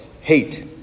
hate